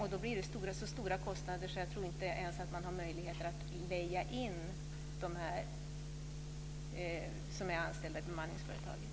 Där blir det så stora kostnader att jag inte ens tror att man har möjlighet att leja in dem som är anställda i bemanningsföretaget.